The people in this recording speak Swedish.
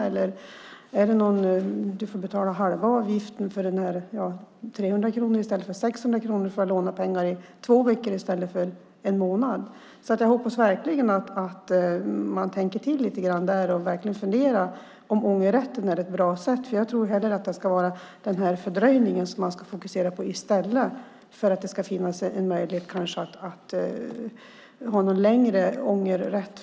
Ska man få betala halva avgiften, 300 kronor i stället för 600 kronor, för att låna pengar i två veckor i stället för i en månad? Jag hoppas verkligen att man tänker till lite grann och funderar på om ångerrätten är ett bra sätt. Jag tror att man ska fokusera på den här fördröjningen i stället för att det ska finnas en möjlighet att ha en längre ångerrätt.